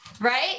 Right